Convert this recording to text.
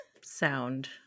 Sound